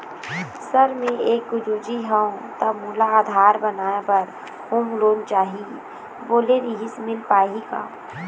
Sir मे एक गुरुजी हंव ता मोला आधार बनाए बर होम लोन चाही बोले रीहिस मील पाही का?